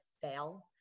fail